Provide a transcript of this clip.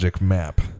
map